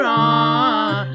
on